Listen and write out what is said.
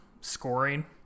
scoring